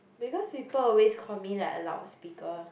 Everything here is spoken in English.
because people always call me like a loud speaker